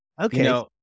Okay